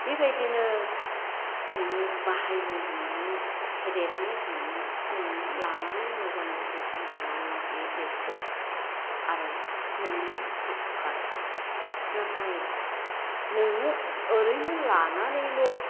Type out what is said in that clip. बिबायदिनो नोङो बाहायनो होन्नानै फेदेरनो होन्नानै नोङो लानानै मोजाङै जोथोन खालामब्ला बियो देदगोन आरो नोंनो अफुखार होगोन नाथाय नोंनो ओरैनो लानानैल'